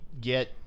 get